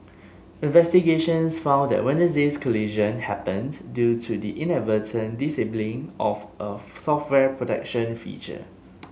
investigations found that Wednesday's collision happened due to the inadvertent disabling of a software protection feature